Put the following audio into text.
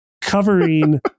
covering